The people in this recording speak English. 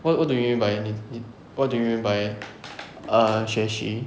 what what do you mean by 你你 what do you mean by err 学习